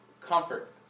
comfort